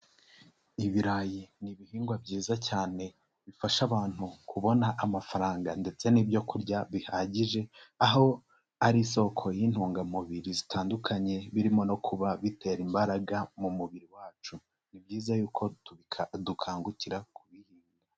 Ibirayi ni ibihingwa byiza cyane bifasha abantu kubona amafaranga ndetse n'ibyo kurya bihagije, aho ari isoko y'intungamubiri zitandukanye birimo no kuba bitera imbaraga mu mubiri wacu, ni byiza yuko dukangukira kubihinga.